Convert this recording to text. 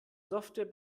software